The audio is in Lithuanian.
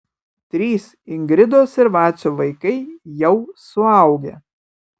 trys ingridos ir vacio vaikai jau suaugę